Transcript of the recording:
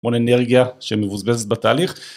המון אנרגיה שמבוסבסת בתהליך